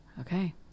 Okay